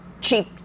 Cheap